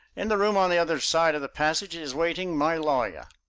in the room on the other side of the passage is waiting my lawyer,